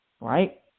right